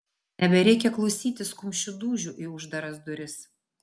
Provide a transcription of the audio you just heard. nebereikia klausytis kumščių dūžių į uždaras duris